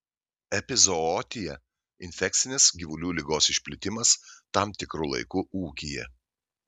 epizootija infekcinės gyvulių ligos išplitimas tam tikru laiku ūkyje